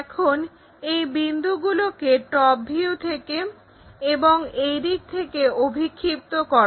এখন এই বিন্দুগুলোকে টপ ভিউ থেকে এবং এই দিক থেকে অভিক্ষিপ্ত করো